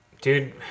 Dude